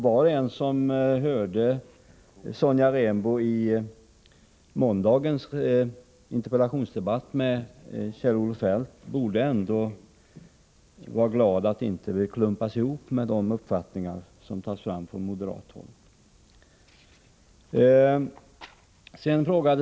Var och en som hörde Sonja Rembo i måndagens interpellationsdebatt med Kjell-Olof Feldt borde ändå vara glad att de egna åsikterna inte klumpas ihop med de uppfattningar som förs fram från moderat håll.